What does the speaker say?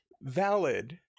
Valid